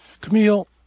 Camille